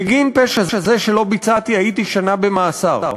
בגין פשע זה שלא ביצעתי הייתי שנה במאסר.